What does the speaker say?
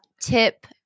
tip